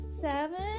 Seven